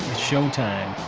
showtime.